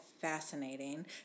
fascinating